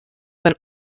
been